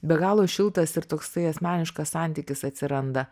be galo šiltas ir toksai asmeniškas santykis atsiranda